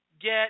get